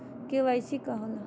KYC का होवेला?